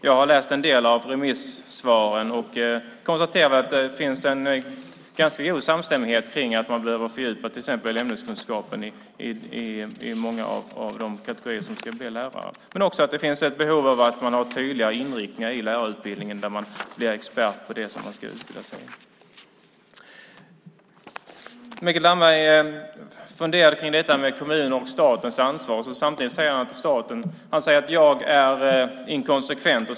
Jag har läst en del av remissvaren och konstaterar att det finns en ganska god samstämmighet om att man behöver fördjupa till exempel ämneskunskaper hos många av de kategorier som ska bli lärare. Men det finns också ett behov av att ha tydliga inriktningar i lärarutbildningen där man blir expert på det som man ska utbilda sig i. Mikael Damberg funderar lite kring kommunernas och statens ansvar. Han säger att jag är inkonsekvent.